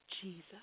Jesus